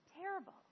Terrible